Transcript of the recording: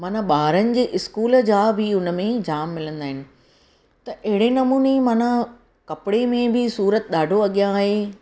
माना ॿारनि जे स्कूल जा बि उनमें जामु मिलंदा आहिनि त अहिड़े नमूने माना कपिड़े में बि सूरत ॾाढो अॻियां आहे